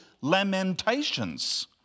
Lamentations